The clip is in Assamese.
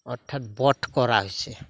অৰ্থাৎ বধ কৰা হৈছে